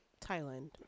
Thailand